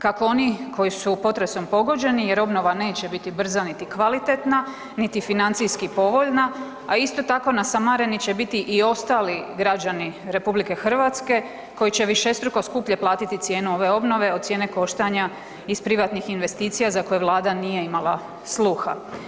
Kako oni koji su potresom pogođeni jer obnova neće biti brza niti kvalitetna niti financijski povoljna, a isto tako, nasamareni će biti i ostali građani RH koji će višestruko skuplje platiti cijenu ove obnove od cijene koštanja iz privatnih investicija za koje Vlada nije imala sluha.